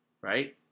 right